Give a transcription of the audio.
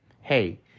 hey